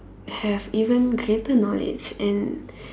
have even greater knowledge and